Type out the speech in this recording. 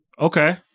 Okay